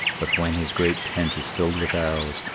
but when his great tent is filled with arrows,